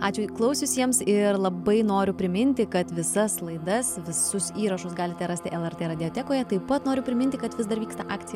ačiū klausiusiems ir labai noriu priminti kad visas laidas visus įrašus galite rasti lrt mediatekoje taip pat noriu priminti kad vis dar vyksta akcija